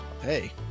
hey